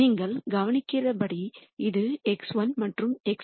நீங்கள் கவனிக்கிறபடி இது x1 மற்றும் x2